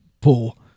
pool